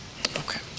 Okay